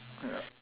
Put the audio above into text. yup